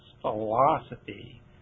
philosophy